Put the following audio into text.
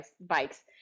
bikes